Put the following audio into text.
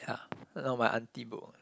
ya no my aunty book what